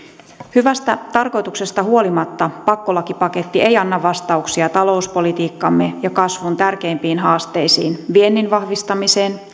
hyvästä tarkoituksesta huolimatta pakkolakipaketti ei anna vastauksia talouspolitiikkamme ja kasvun tärkeimpiin haasteisiin viennin vahvistamiseen